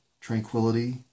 tranquility